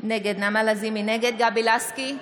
נגד גבי לסקי,